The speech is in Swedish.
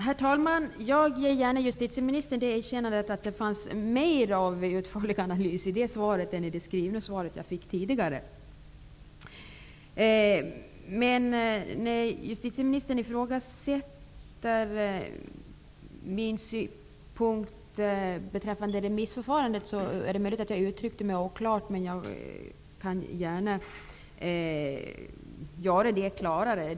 Herr talman! Jag ger gärna justitieministern det erkännandet att det finns mer av utförlig analys i svaret här i kammaren än i det skrivna svaret som jag fick tidgare. Men när justitieministern ifrågasätter min synpunkt på remissförfarandet, kan det bero på att jag uttryckte mig oklart. Jag uttrycker mig gärna klarare.